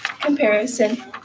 comparison